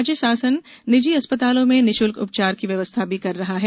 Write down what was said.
राज्य शासन निजी अस्पतालों में निरूशुल्क उपचार की व्यवस्था भी कर रहा है